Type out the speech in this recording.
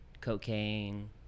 cocaine